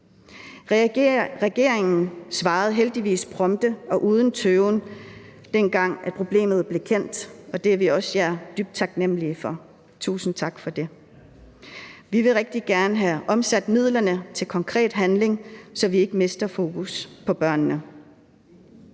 Regeringen svarede heldigvis prompte og uden tøven, dengang problemet blev kendt, og det er vi jer også dybt taknemlige for. Tusind tak for det. Vi vil rigtig gerne have omsat midlerne til konkret handling, så vi ikke mister fokus på børnene.